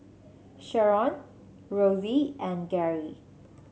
Sherron Rosey and Gary